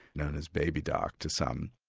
known as baby doc to some.